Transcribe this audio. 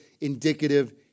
indicative